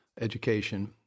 education